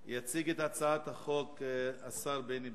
וסמכויות פיקוח) (תיקוני חקיקה) יציג את הצעת החוק השר בני בגין.